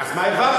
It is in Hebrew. אז מה הרווחנו?